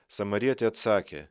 samarietė atsakė